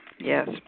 yes